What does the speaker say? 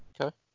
okay